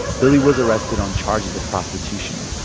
billie was arrested on charges of prostitution.